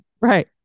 Right